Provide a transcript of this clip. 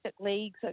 leagues